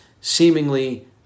seemingly